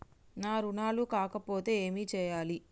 నా రుణాలు కాకపోతే ఏమి చేయాలి?